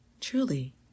truly